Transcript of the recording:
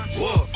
whoa